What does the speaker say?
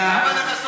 תודה רבה.